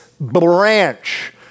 branch